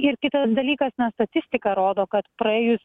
ir kitas dalykas na statistika rodo kad praėjus